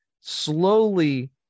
slowly